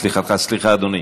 סליחתך, אדוני.